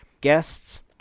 Guests